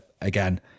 Again